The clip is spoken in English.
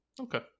okay